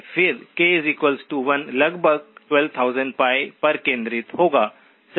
फिर k 1 लगभग 12000 π पर केंद्रित होगा सही